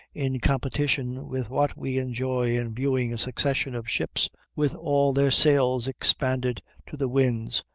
in competition with what we enjoy in viewing a succession of ships, with all their sails expanded to the winds,